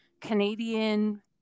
Canadian